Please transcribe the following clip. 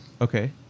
Okay